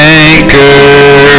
anchor